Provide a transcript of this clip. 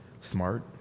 smart